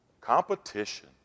Competition